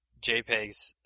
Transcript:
JPEGs